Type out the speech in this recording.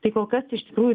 tai kol kas iš tikrųjų